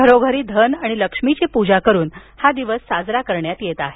घरोघरी धन आणि लक्ष्मीची पूजा करून हा दिवस साजरा करण्यात येत आहे